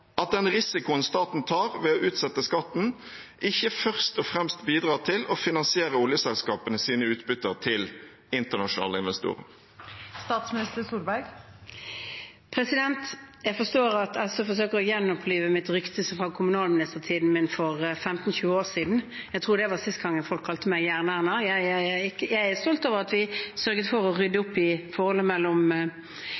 at den risikoen staten tar ved å utsette skatten, ikke først og fremst bidrar til å finansiere oljeselskapenes utbytte til internasjonale investorer? Jeg forstår at SV forsøker å gjenopplive mitt rykte fra kommunalministertiden min for 15–20 år siden. Jeg tror det var sist gang folk kalte meg Jern-Erna. Jeg er stolt av at vi sørget for å rydde